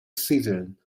season